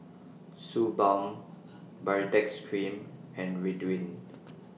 Suu Balm Baritex Cream and Ridwind